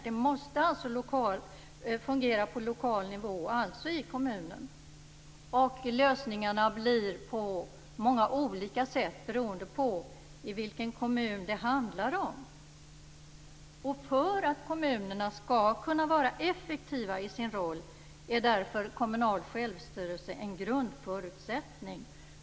Det måste alltså fungera på lokal nivå, alltså i kommunen. Lösningarna blir mycket olika beroende på vilken kommun det handlar om. Kommunal självstyrelse är en grundförutsättning för att kommunerna skall kunna vara effektiva i sin roll.